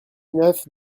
neuf